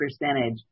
percentage